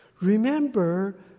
Remember